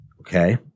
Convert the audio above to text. okay